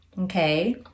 Okay